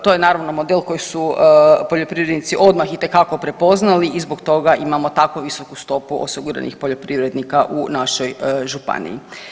To je naravno model koji su poljoprivrednici odmah itekako prepoznali i zbog toga imamo tako visoku stopu osiguranih poljoprivrednika u našoj županiji.